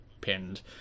pinned